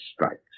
strikes